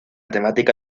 temática